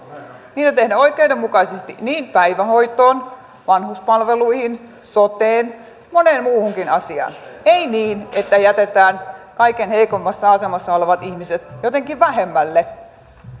niitä tehdään oikeudenmukaisesti niin päivähoitoon vanhuspalveluihin soteen moneen muuhunkin asiaan ei niin että jätetään kaikkein heikoimmassa asemassa olevat ihmiset jotenkin vähemmälle